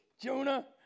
Jonah